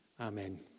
amen